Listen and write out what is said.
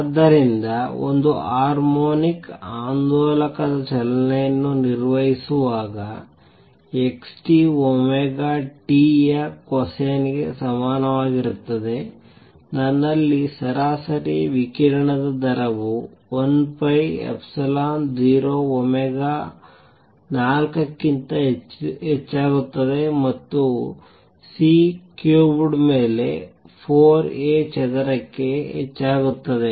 ಆದ್ದರಿಂದ ಒಂದು ಹಾರ್ಮೋನಿಕ್ ಆಂದೋಲಕ ಚಲನೆಯನ್ನು ನಿರ್ವಹಿಸುವಾಗ x t ಒಮೆಗಾ t ಯ ಕೊಸೈನ್ ಗೆ ಸಮನಾಗಿರುತ್ತದೆ ನನ್ನಲ್ಲಿ ಸರಾಸರಿ ವಿಕಿರಣದ ದರವು 1 pi ಇಪ್ಸಿಲಾನ್ 0 ಒಮೆಗಾ 4 ಕ್ಕಿಂತ ಹೆಚ್ಚಾಗುತ್ತದೆ ಮತ್ತು C ಕ್ಯೂಬ್ಡ್ ಮೇಲೆ 4 A ಚದರಕ್ಕೆ ಹೆಚ್ಚಾಗುತ್ತದೆ